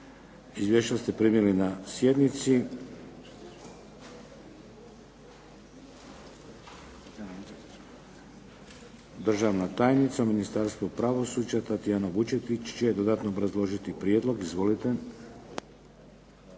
Izvješća ste primili na sjednici. Državna tajnica u Ministarstvu pravosuđa Tatijana Vučetić će dodatno obrazložiti prijedlog. Izvolite.